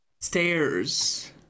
Stairs